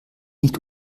nicht